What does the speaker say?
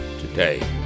today